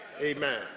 Amen